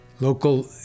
local